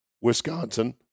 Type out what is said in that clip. Wisconsin